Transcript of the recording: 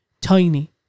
tiny